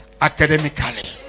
academically